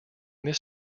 this